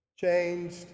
changed